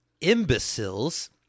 imbeciles